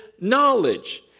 knowledge